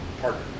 partner